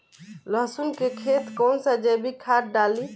लहसुन के खेत कौन सा जैविक खाद डाली?